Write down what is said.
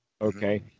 Okay